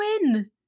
win